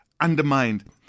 undermined